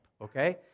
Okay